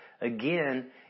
again